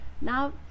now